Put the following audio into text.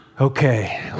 Okay